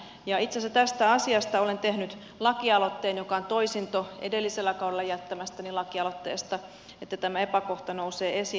itse asiassa tästä asiasta olen tehnyt lakialoitteen joka on toisinto edellisellä kaudella jättämästäni lakialoitteesta että tämä epäkohta nousee esiin